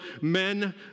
men